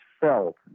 felt